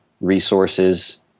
resources